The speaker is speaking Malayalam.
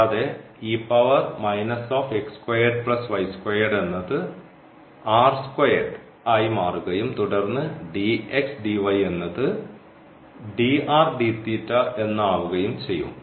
കൂടാതെ എന്നത് ആയി മാറുകയും തുടർന്ന് എന്നത് എന്ന് ആകുകയും ചെയ്യും